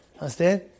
Understand